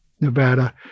Nevada